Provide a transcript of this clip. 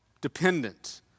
dependent